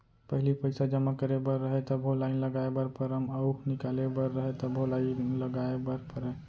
पहिली पइसा जमा करे बर रहय तभो लाइन लगाय बर परम अउ निकाले बर रहय तभो लाइन लगाय बर परय